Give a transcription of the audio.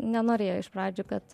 nenorėjo iš pradžių kad